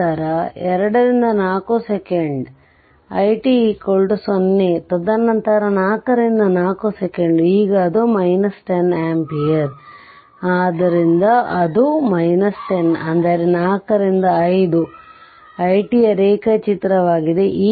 ನಂತರ 2 ರಿಂದ 4 second it 0 ತದನಂತರ 4 ರಿಂದ 4 ಸೆಕೆಂಡ್ ಈಗ ಅದು 10 ampere ಆದ್ದರಿಂದ ಅದು 10 ಅಂದರೆ 4 ರಿಂದ 5 it ಯ ರೇಖಾ ಚಿತ್ರವಾಗಿದೆ